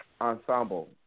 ensemble